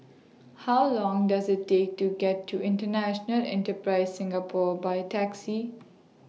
How Long Does IT Take to get to International Enterprise Singapore By Taxi